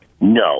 No